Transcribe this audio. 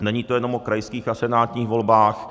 Není to jenom o krajských a senátních volbách.